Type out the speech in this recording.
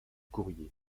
courrier